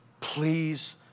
Please